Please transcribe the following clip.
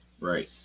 right